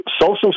social